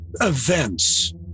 events